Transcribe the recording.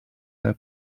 their